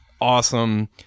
awesome